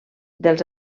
dels